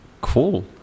Cool